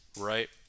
right